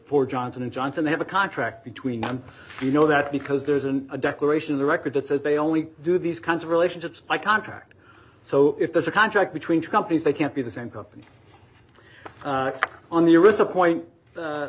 for johnson and johnson they have a contract between them you know that because there isn't a declaration the record just says they only do these kinds of relationships by contract so if there's a contract between two companies they can't be the same company on your is a point a